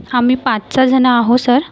आम्ही पाच सहा जणं आहो सर